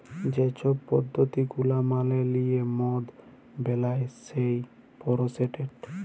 যে ছব পদ্ধতি গুলা মালে লিঁয়ে মদ বেলায় সেই পরসেসট